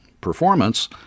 performance